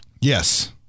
Yes